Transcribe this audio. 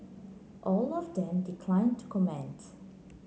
all of them declined to comment